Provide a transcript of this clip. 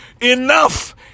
Enough